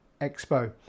Expo